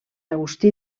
agustí